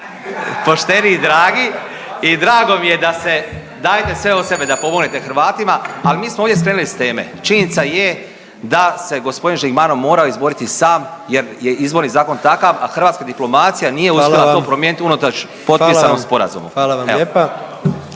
pošteni i dragi i drago mi je da dajete sve od sebe da pomognete Hrvatima. Ali mi smo ovdje skrenuli s teme. Činjenica je da se gospodin Žigmanov morao izboriti sam jer je Izborni zakon takav, a hrvatska diplomacija nije uspjela to primijeniti unutar potpisanog sporazuma.